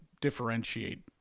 differentiate